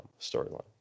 storyline